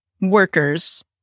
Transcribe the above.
workers